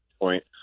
point